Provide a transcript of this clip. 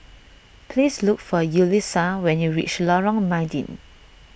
please look for Yulissa when you reach Lorong Mydin